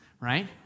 Right